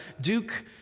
Duke